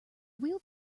wheeled